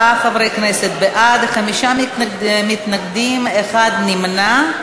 24 חברי כנסת בעד, חמישה מתנגדים, אחד נמנע.